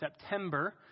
September